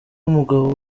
umugabo